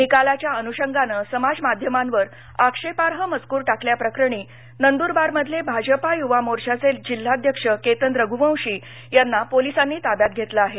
निकालाच्या अनुषंगानं समाज माध्यमांवर आक्षेपार्ह मजकूर टाकल्या प्रकरणी नंदुरबारमधले भाजपा युवा मोर्चाचे जिल्हाध्यक्ष केतन रघुवंशी यांना पोलिसांनी ताब्यात घेतलं आहे